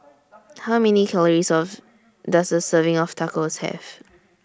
How Many Calories of Does A Serving of Tacos Have